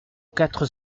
quatre